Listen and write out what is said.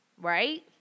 right